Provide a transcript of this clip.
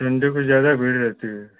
Sunday को ज़्यादा भीड़ रहती है